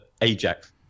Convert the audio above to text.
Ajax